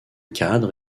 cadre